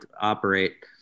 operate